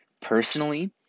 Personally